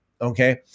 Okay